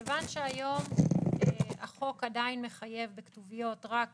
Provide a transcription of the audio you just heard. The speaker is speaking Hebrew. מכיוון שהיום החוק עדיין מחייב בכתוביות רק 75%,